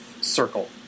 circle